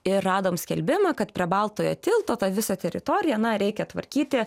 ir radom skelbimą kad prie baltojo tilto tą visą teritoriją na reikia tvarkyti